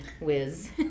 whiz